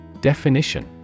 Definition